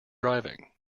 driving